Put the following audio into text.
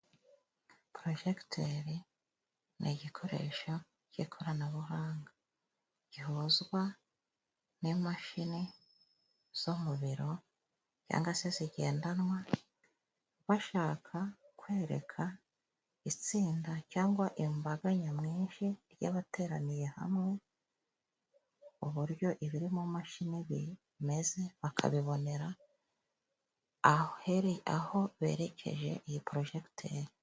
Porojegitere ni igikoresho cy'ikoranabuhanga gihuzwa n'imashini zo mu biro cyangwa se zigendanwa, bashaka kwereka itsinda cyangwa imbaga nyamwinshi, y'abateraniye hamwe uburyo ibiri mu mashini bimeze bakabibonera aho berekeje iyo porojegiteri.